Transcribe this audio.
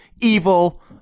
Evil